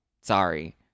Sorry